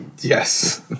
Yes